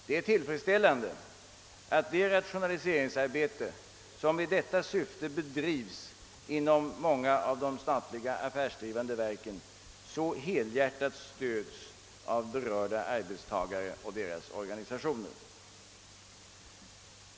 Det är tillfredsställande att det rationaliseringsarbete som i detta syfte bedrivs inom många av de statliga affärsverken så helhjärtat stöds av berörda arbetstagare och deras organisationer.